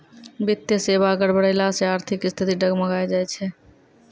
वित्तीय सेबा गड़बड़ैला से आर्थिक स्थिति डगमगाय जाय छै